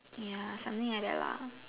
ya something like that lah